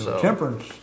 Temperance